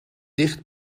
dicht